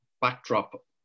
backdrop